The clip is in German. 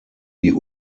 die